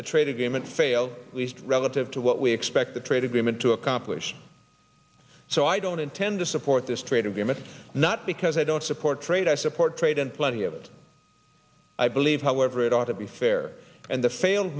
the trade agreement fail at least relative to what we expect the trade agreement to accomplish so i don't intend to support this trade agreement not because i don't support trade i support trade and plenty of i believe however it ought to be fair and the failed